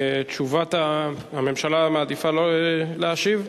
הממשלה מעדיפה שלא להשיב?